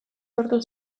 sortu